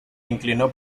inclinó